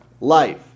life